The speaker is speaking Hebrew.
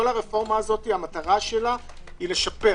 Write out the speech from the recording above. כל הרפורמה הזו, המטרה שלה - לשפר.